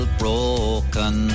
broken